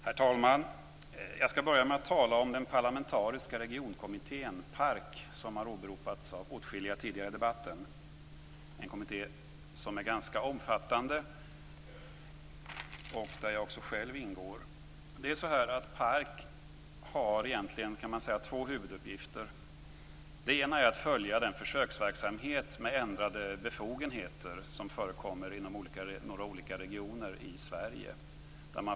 Herr talman! Jag vill börja med att tala om den parlamentariska regionkommittén, PARK, som har åberopats av åtskilliga tidigare i debatten. Det är en ganska omfattande kommitté där också jag själv ingår. PARK har egentligen två huvuduppgifter. Den ena är att följa den försöksverksamhet med ändrade befogenheter som förekommer inom några olika regioner i Sverige.